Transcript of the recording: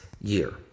year